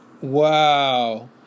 wow